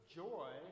joy